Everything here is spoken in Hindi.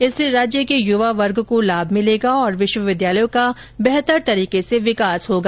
इससे राज्य के युवा वर्ग को लाभ मिलेगा और विश्वविद्यालयों का बेहतर तरीके से विकास होगा